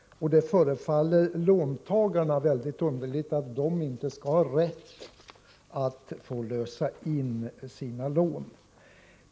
Det förefaller låntagarna väldigt underligt att de inte skall ha rätt att lösa in sina lån.